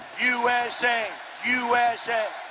usa! usa!